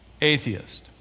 atheist